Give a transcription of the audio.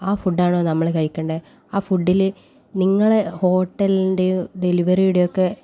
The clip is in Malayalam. ആ ഫുഡ് ആണോ നമ്മൾ കഴിക്കേണ്ടത് ആ ഫുഡിൽ നിങ്ങള ഹോട്ടലിൻ്റെയും ഡെലിവറിയുടെയൊക്കെ